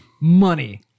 Money